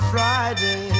Friday